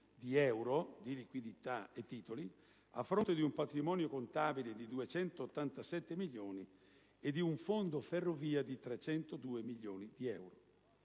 di euro di liquidità e titoli, a fronte di un patrimonio contabile di 287 milioni di euro e di «un fondo ferrovia» di 302 milioni di euro.